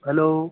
hello